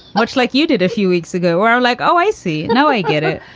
much like you did a few weeks ago, where i'm like, oh, i see. no, i get it.